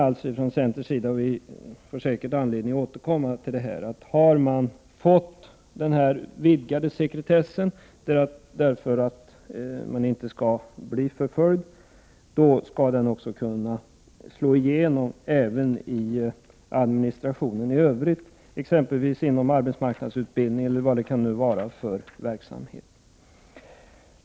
Vi menar från centerns sida — vi får säkert anledning att återkomma till det — att har man fått den vidgade sekretessen för att man inte skall bli förföljd skall den slå igenom även i administrationen i Övrigt, exempelvis inom arbetsmarknadsutbildning eller vad det nu kan vara för verksamhet.